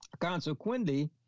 Consequently